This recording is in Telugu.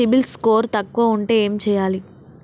సిబిల్ స్కోరు తక్కువ ఉంటే ఏం చేయాలి?